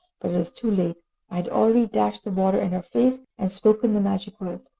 was too late. i had already dashed the water in her face and spoken the magic words.